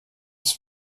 das